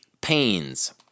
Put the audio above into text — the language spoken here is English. pains